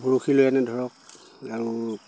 বৰশী লৈ আনে ধৰক আৰু